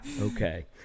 Okay